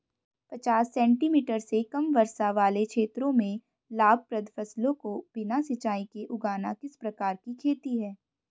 पचास सेंटीमीटर से कम वर्षा वाले क्षेत्रों में लाभप्रद फसलों को बिना सिंचाई के उगाना किस प्रकार की खेती है?